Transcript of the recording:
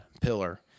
pillar